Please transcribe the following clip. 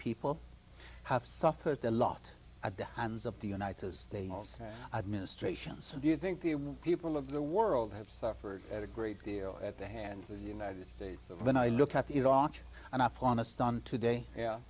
people have suffered a lot at the hands of the united states administrator chanson do you think the move people of the world have suffered a great deal at the hands of the united states when i look at the iraq and afghanistan today